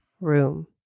room